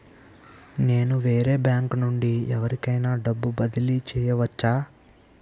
నేను వేరే బ్యాంకు నుండి ఎవరికైనా డబ్బు బదిలీ చేయవచ్చా?